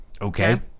Okay